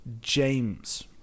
James